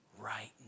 right